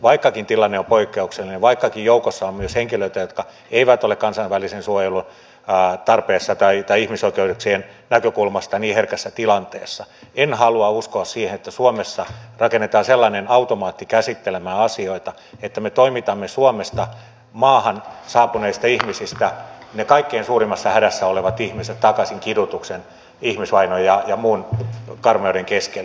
vaikkakin tilanne on poikkeuksellinen vaikkakin joukossa on myös henkilöitä jotka eivät ole kansainvälisen suojelun tarpeessa tai ihmisoikeuksien näkökulmasta niin herkässä tilanteessa en halua uskoa siihen että suomessa asioita käsittelemään rakennetaan sellainen automaatti että me toimitamme suomesta maahan saapuneista ihmisistä ne kaikkein suurimmassa hädässä olevat ihmiset takaisin kidutuksen ihmisvainon ja muun karmeuden keskelle